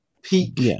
peak